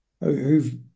who've